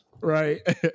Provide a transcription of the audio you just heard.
Right